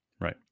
Right